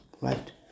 right